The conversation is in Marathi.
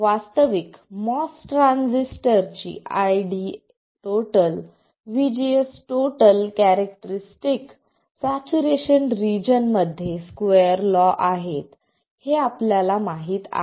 वास्तविक MOS ट्रान्झिस्टरची ID VGS characteristic saturation region मध्ये स्क्वेअर लॉ आहेत हे आपल्याला माहित आहे